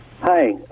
Hi